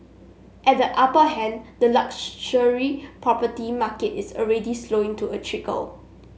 at the upper end the luxury property market is already slowing to a trickle